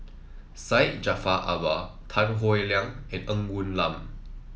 Syed Jaafar Albar Tan Howe Liang and Ng Woon Lam